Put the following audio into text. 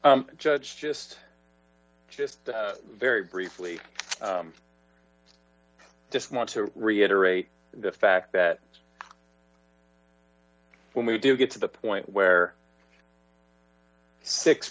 judge just just very briefly i just want to reiterate the fact that when we do get to the point where six